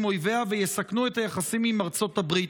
אויביה" ו"יסכנו את היחסים עם ארצות הברית".